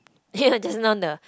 ya just now the